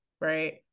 right